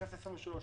בכנסת העשרים ושלוש,